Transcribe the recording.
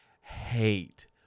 hate